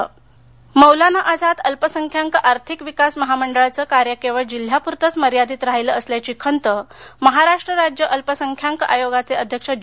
अल्पसंख्याक खंत कोल्हापर मौलाना आझाद अल्पसंख्याक आर्थिक विकास महामंडळाचं कार्य केवळ जिल्ह्याप्रतंच मर्यादीत राहिलं असल्याची खंत महाराष्ट्र राज्य अल्पसंख्यांक आयोगाचे अध्यक्ष ज